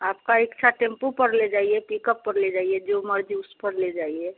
आपका इक्षा टेम्पू पर ले जाइए पिक अप पर ले जाइए जो मर्ज़ी उस पर ले जाइए